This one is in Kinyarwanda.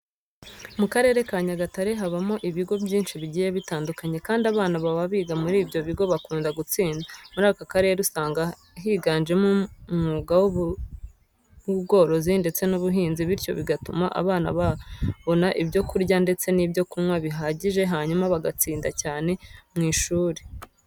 Mu karere ka Nyagatare habamo ibigo byinshi bigiye bitandukanye kandi abana baba biga muri ibyo bigo bakunda gutsinda. Muri aka karere usanga higanjemo umwuga w'ubworozi ndetse n'ubihinzi bityo bigatuma abana babona ibyo kurya ndetse n'ibyo kunywa bihagije hanyuma bagatsinda cyane mu ishuri.